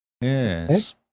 Yes